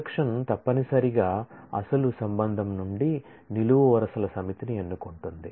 projection తప్పనిసరిగా అసలు relation నుండి నిలువు వరుసల సమితిని ఎన్నుకుంటుంది